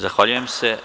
Zahvaljujem se.